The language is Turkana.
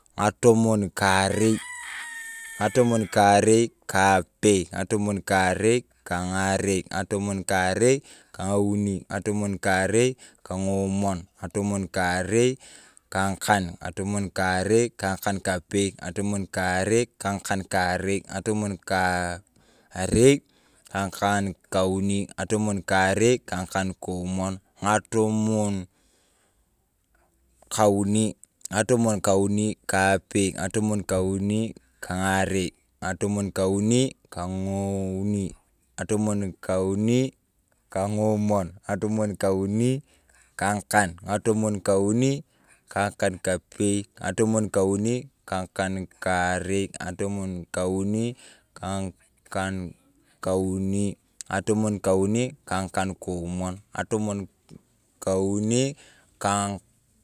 Ng’atomon karei, ng’atomon karei kapei, ng’atomon karei kang’arei, ng'atomon karei kang’auni, ng'atomon, ng'atomon karei kang'arei, ng’atomon karei kang'akankapei, ng'atomon karei kaang'arei, ng'atomon bkarei kaangakankauni, ng'atomon karei kang'akonkomon, ng’atomon kauni ng’atomon, ng'atomon kauni kaapei, ng'atomon kauni kaang'arei, ng'atomon kauni kang'auni, ng'atomon kauni kaang’aka kapei, ng'atomon kauni kang'akankarei, ng'atomon kauni kaang’akankauni, ng'atomon kauni kaang’akankomon, ng’atomon kauuniiikaa.